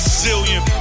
zillion